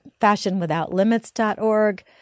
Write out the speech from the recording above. FashionWithoutLimits.org